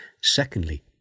Secondly